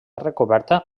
recoberta